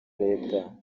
leta